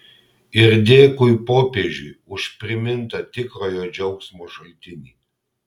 ir dėkui popiežiui už primintą tikrojo džiaugsmo šaltinį